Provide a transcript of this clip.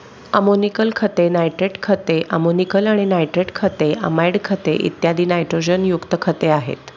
ammoniacal खते, nitrate खते, ammoniacal आणि नायट्रेट खते, अमाइड खते, इत्यादी नायट्रोजनयुक्त खते आहेत